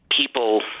people